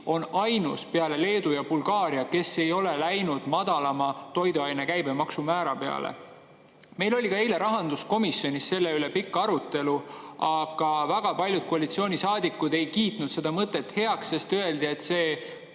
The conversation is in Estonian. on ainus peale Leedu ja Bulgaaria, kes ei ole läinud madalama toiduaine käibemaksu määra peale. Meil oli eile ka rahanduskomisjonis selle üle pikk arutelu, aga väga paljud koalitsioonisaadikud ei kiitnud seda mõtet heaks, öeldi, et see